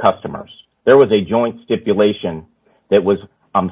customers there was a joint stipulation that was